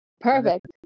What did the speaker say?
Perfect